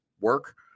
work